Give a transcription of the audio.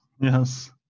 Yes